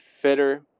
fitter